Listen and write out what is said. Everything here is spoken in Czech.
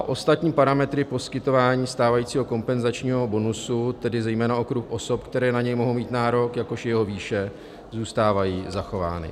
Ostatní parametry poskytování stávajícího kompenzačního bonusu, tedy zejména okruh osob, které na něj mohou mít nárok, jakož i jeho výše zůstávají zachovány.